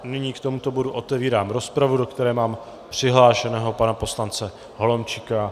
nyní k tomuto bodu otevírám rozpravu, do které mám přihlášeného pana poslance Holomčíka.